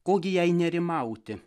ko gi jai nerimauti